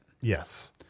Yes